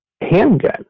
handgun